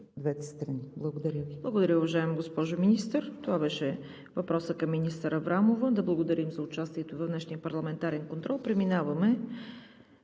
ЦВЕТА КАРАЯНЧЕВА: Благодаря, уважаема госпожо Министър. Това беше въпросът към министър Аврамова. Да благодарим за участието ѝ в днешния парламентарен контрол. Преминаваме